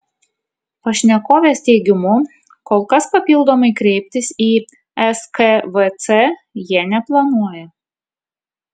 pašnekovės teigimu kol kas papildomai kreiptis į skvc jie neplanuoja